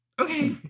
Okay